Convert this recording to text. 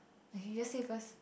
!aiya! you just say first